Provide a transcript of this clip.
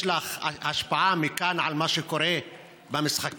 יש לך השפעה מכאן על מה שקורה במשחקים?